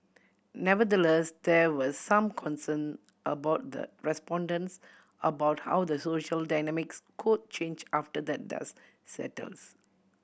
nevertheless there were some concern among the respondents about how the social dynamics could change after the dust settles